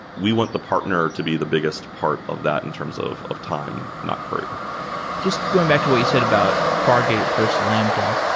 we want the partner to be the biggest part of that in terms of of time, not courier just going back to a said about fargate versus lambda,